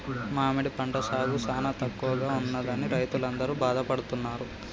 మామిడి పంట సాగు సానా తక్కువగా ఉన్నదని రైతులందరూ బాధపడుతున్నారు